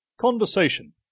Conversation